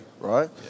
right